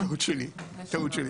טעות שלי,